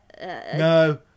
no